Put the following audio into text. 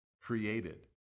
created